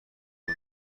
دوگ